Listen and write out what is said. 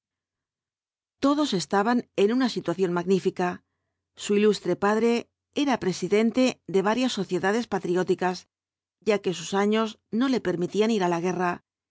todos estaban en una situación magnífica su ilustre padre era presidente de varias sociedades patrióticas ya que sus años no le permitían ir á la guerra y organizaba además futuras empresas industriales para explotar los